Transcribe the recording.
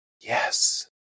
Yes